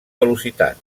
velocitat